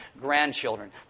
grandchildren